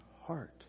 heart